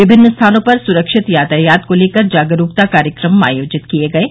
विभिन्न स्थानों पर सुरक्षित यातायात को लेकर जागरूकता कार्यक्रम आयोजित किये गये